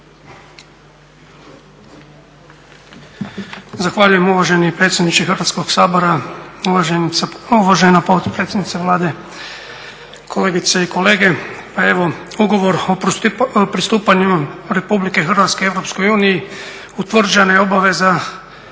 Zahvaljujem uvaženi predsjedniče Hrvatskog sabora. Uvažana potpredsjednice Vlade, kolegice i kolege. Pa evo ugovorom o pristupanju RH EU utvrđena je obveza